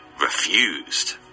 refused